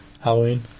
Halloween